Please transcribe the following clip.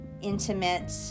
Intimate